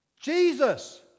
Jesus